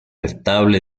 estable